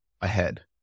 ahead